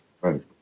Right